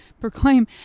proclaim